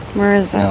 whereas out